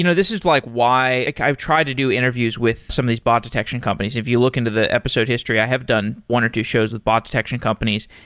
you know this is like why like i've tried to do interviews with some of these bot detection companies. if you look into the episode history, i have done one or two shows with bot detection companies,